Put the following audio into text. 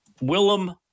Willem